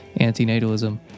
antinatalism